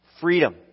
freedom